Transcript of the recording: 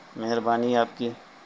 مہربانی آپ کی